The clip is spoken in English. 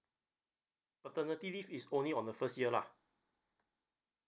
paternity leave is only on the first year lah